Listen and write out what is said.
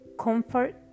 Comfort